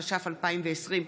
התש"ף 2020,